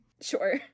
Sure